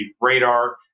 radar